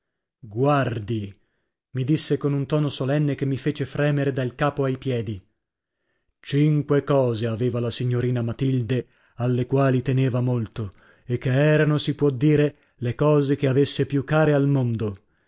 guardi mi disse con un tono solenne che mi fece fremere dal capo al piedi cinque cose aveva la signorina matilde alle quali teneva molto e che erano si può dire le cose che avesse più care al mondo